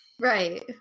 Right